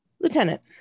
Lieutenant